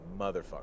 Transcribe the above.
Motherfucker